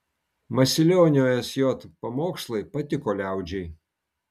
masilionio sj pamokslai patiko liaudžiai